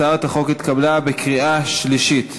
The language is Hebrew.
הצעת החוק התקבלה בקריאה שלישית.